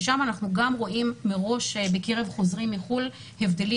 שם אנחנו גם רואים מראש בקרב חוזרים מחו"ל הבדלים